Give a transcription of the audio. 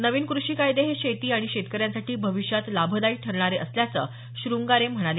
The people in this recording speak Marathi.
नवीन कृषी कायदे हे शेती आणि शेतकऱ्यांसाठी भविष्यात लाभदायी ठरणार असल्याचं श्रंगारे म्हणाले